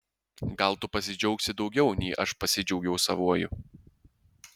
gal tu pasidžiaugsi daugiau nei aš pasidžiaugiau savuoju